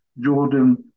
Jordan